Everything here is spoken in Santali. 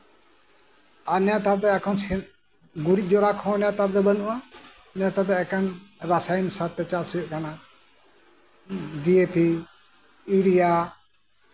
ᱟᱨ ᱱᱮᱛᱟᱨ ᱫᱚ ᱮᱠᱷᱚᱱ ᱜᱩᱨᱤᱡ ᱡᱟᱨᱟ ᱠᱚᱸᱦᱚ ᱵᱟᱹᱱᱩᱜᱼᱟ ᱱᱮᱛᱟᱨ ᱫᱚ ᱮᱠᱮᱱ ᱨᱟᱥᱟᱭᱚᱱᱤᱠ ᱥᱟᱨ ᱛᱮ ᱪᱟᱥ ᱦᱩᱭᱩᱜ ᱠᱟᱱᱟ ᱰᱤ ᱮ ᱯᱤ ᱤᱭᱩᱨᱤᱭᱟ